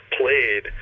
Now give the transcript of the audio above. played